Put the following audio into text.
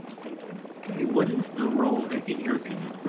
thank you. okay, what is the role, in your opinion,